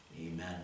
Amen